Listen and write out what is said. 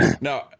No